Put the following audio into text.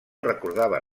recordava